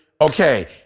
Okay